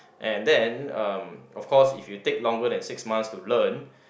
and then uh of course if you take longer than six months to learn